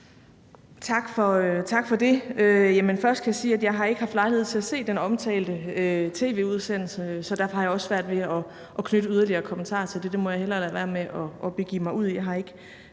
Tak for det. Først kan jeg sige, at jeg ikke har haft lejlighed til at se den omtalte tv-udsendelse, så derfor har jeg også svært ved at knytte yderligere kommentarer til det. Det må jeg hellere lade være med at begive mig ud i,